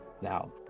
Now